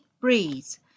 Breeze